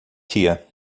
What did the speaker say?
tia